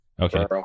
okay